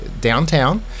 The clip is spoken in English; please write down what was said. downtown